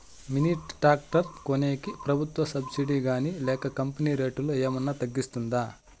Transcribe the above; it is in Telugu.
మిని టాక్టర్ కొనేకి ప్రభుత్వ సబ్సిడి గాని లేక కంపెని రేటులో ఏమన్నా తగ్గిస్తుందా?